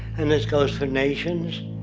and this goes for nations,